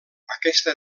aquesta